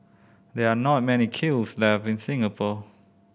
there are not many kilns left in Singapore